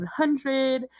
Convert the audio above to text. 100